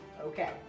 Okay